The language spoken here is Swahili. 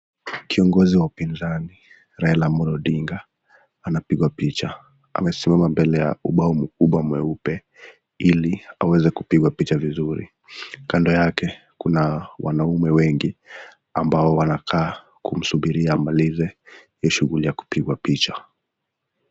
Kiongozi wa upinzani Raila Amollo Odinga, anapigwa picha. Amesimama mbele ya ubao mkubwa mweupe ili aweze kupigwa picha vizuri. Kando yake kuna wanaume wengi ambao wanakaa kumsubiri amalize hiyo shughuli ya kupigwa picha.